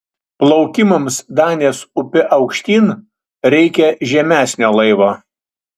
plaukimams danės upe aukštyn reikia žemesnio laivo